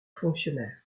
fonctionnaire